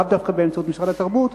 לאו דווקא באמצעות משרד התרבות,